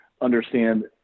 understand